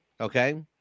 Okay